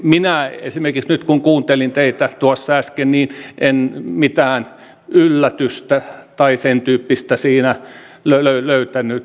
minä esimerkiksi nyt kun kuuntelin teitä tuossa äsken en mitään yllätystä tai sentyyppistä siinä löytänyt